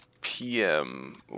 PM